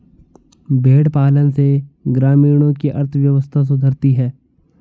भेंड़ पालन से ग्रामीणों की अर्थव्यवस्था सुधरती है